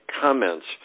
comments